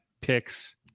picks